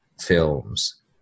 films